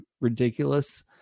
ridiculous